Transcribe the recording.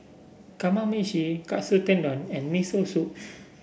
Kamameshi Katsu Tendon and Miso Soup